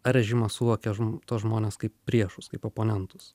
ar režimas suvokia žm tuos žmones kaip priešus kaip oponentus